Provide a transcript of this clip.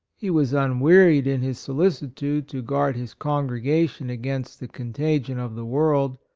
he was unwearied in his solicitude to guard his congregation against the contagion of the world,